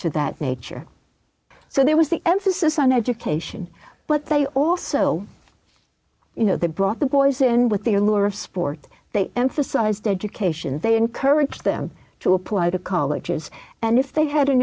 to that nature so there was the emphasis on education but they also you know they brought the boys in with their lure of sport they emphasized education they encourage them to apply to colleges and if they had an